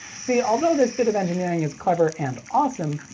see, although this bit of engineering is clever and awesome,